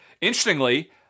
Interestingly